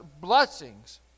blessings